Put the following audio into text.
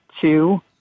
two